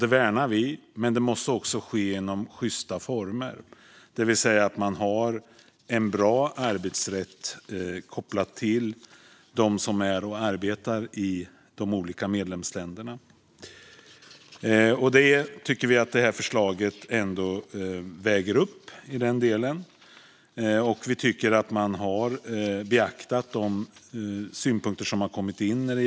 Detta värnar vi, men det måste också ske under sjysta former, det vill säga att man har en bra arbetsrätt kopplat till dem som arbetar i de olika medlemsländerna. Det tycker vi att det här förslaget väger upp, och vi tycker att man har beaktat de synpunkter som har kommit in.